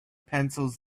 pencils